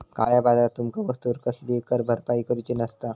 काळया बाजारात तुमका वस्तूवर कसलीही कर भरपाई करूची नसता